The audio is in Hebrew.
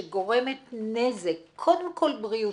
שגורמת נזק, קודם כל בריאותי,